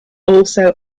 also